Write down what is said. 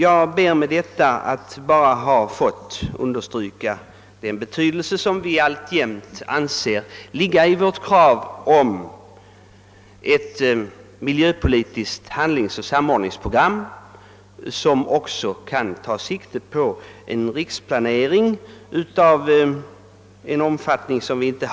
Jag har med det anförda bara velat understryka betydelsen av vårt krav på ett miljöpolitiskt handlingsoch samordningsprogram, som också innebär att man tar sikte på en riksplanering av större omfattning än nu.